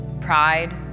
pride